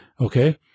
Okay